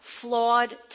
flawed